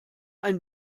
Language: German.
ein